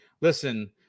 Listen